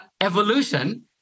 evolution